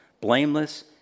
blameless